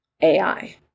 AI